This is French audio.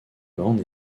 grande